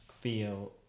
feel